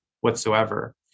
whatsoever